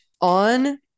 on